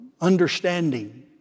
understanding